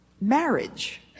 marriage